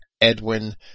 Edwin